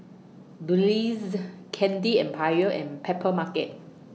Breeze Candy Empire and Papermarket